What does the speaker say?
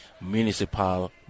municipal